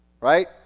Right